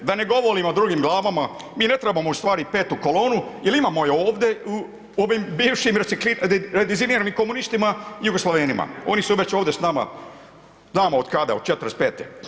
Da ne govorimo o drugim glavama, mi ne trebamo ustvari 5. kolonu jer imamo je ovdje u ovim bivšim ... komunistima, Jugoslavenima, oni su već ovdje s nama, znamo od kada, od '45.